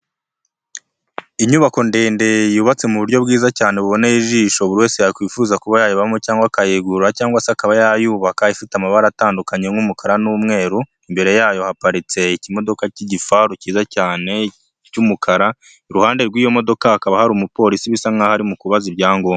Inyubako ndende yubatse mu buryo bwiza cyane buboneye ijisho buri wese yakwifuza kuba yayibamo, cyangwa akayigura, cyangwa se akaba yayubaka, ifite amabara atandukanye nk'umukara n'umweru, imbere yayo haparitse ikimodoka cy'igifaru cyiza cyane cy'umukara, iruhande rw'iyo modoka hakaba hari umupolisi, bisa nk'aho ari mu kubaza ibyangombwa.